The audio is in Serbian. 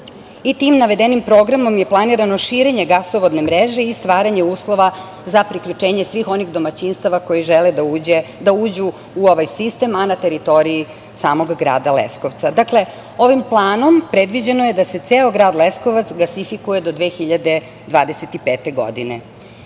i tim navedenim programom je planirano širenje gasovodne mreže i stvaranje uslova za priključenje svih onih domaćinstava koja žele da uđu ovaj sistem, a na teritoriji samog grada Leskovca. Dakle, ovim planom predviđeno je da se ceo grad Leskovac gasifikuje do 2025. godine. Cilj